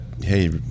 hey